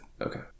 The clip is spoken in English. Okay